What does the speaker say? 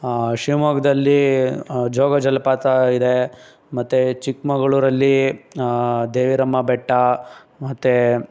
ಶಿವ್ಮೊಗ್ಗದಲ್ಲಿ ಜೋಗ ಜಲಪಾತ ಇದೆ ಮತ್ತು ಚಿಕ್ಕಮಗ್ಳೂರಲ್ಲಿ ದೇವಿರಮ್ಮ ಬೆಟ್ಟ ಮತ್ತು